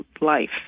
life